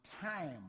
time